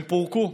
הם פורקו.